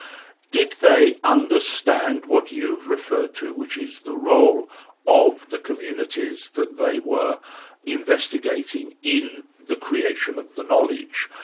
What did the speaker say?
did they understand what you've referred to, which is the role of the communities that they were investigating, in the creation of the knowledge,